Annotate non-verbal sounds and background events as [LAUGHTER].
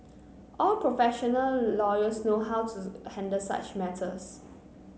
all professional lawyers know how to [UNINTELLIGIBLE] handle such matters